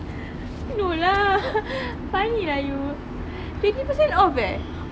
no lah funny lah you twenty percent off eh